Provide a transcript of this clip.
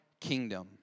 kingdom